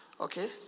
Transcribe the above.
okay